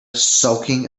soaking